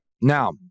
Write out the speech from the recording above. Now